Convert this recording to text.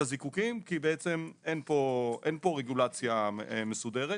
הזיקוקין כי בעצם אין פה רגולציה מסודרת.